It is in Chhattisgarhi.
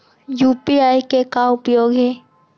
यू.पी.आई के का उपयोग हे?